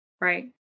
Right